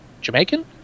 Jamaican